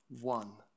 one